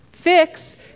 Fix